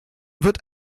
wird